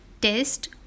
test